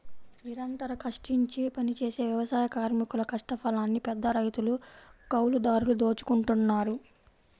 నిరంతరం కష్టించి పనిజేసే వ్యవసాయ కార్మికుల కష్టఫలాన్ని పెద్దరైతులు, కౌలుదారులు దోచుకుంటన్నారు